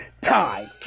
time